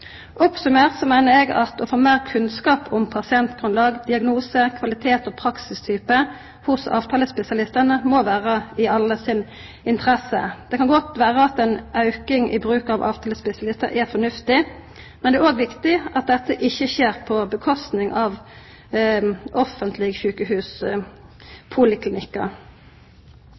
Oppsummert meiner eg at å få meir kunnskap om pasientgrunnlag, diagnose, kvalitet og praksistype hos avtalespesialistane må vera i alles interesse. Det kan godt vera at ei auking i bruk av avtalespesialistar er fornuftig, men det er òg viktig at dette ikkje skjer